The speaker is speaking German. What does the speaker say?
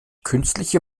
künstliche